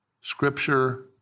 Scripture